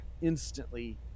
instantly